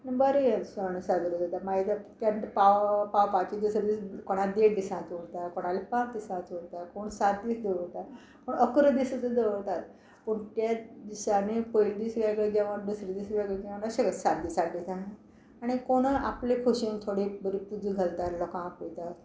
बरें हें सण साजरो जाता मागीर तें पाव पावपाच्या दिसा दुसरे दीस कोणा देड दिसां उरता कोणाली पांच दिसांचो उरता कोण सात दीस दवरता पूण इकरा दीस सुद्दां दवरता पूण त्या दिसांनी पयले दीस वेगळे जेवण दुसरे दीस वेगळें जेवण अशें गो सात दिसा दिसांक आनी कोणय आपले खोशीन थोडी बरी पुजा घालतात लोकां आपयतात